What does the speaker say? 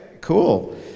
Cool